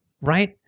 right